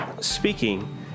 speaking